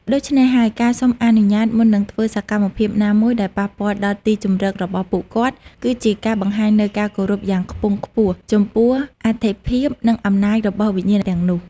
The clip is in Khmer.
ដូច្នេះហើយ ការសុំអនុញ្ញាត មុននឹងធ្វើសកម្មភាពណាមួយដែលប៉ះពាល់ដល់ទីជម្រករបស់ពួកគាត់ គឺជាការបង្ហាញនូវការគោរពយ៉ាងខ្ពង់ខ្ពស់ចំពោះអត្ថិភាព និងអំណាចរបស់វិញ្ញាណទាំងនោះ។